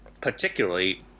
particularly